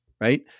right